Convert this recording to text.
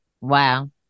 Wow